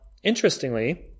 Interestingly